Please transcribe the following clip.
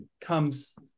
comes